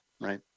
Right